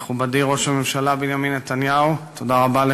מכובדי ראש הממשלה בנימין נתניהו, תודה רבה לך,